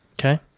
Okay